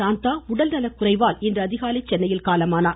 சாந்தா உடல் நலக்குறைவால் இன்று அதிகாலை சென்னையில் காலமானார்